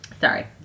Sorry